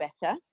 better